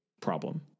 problem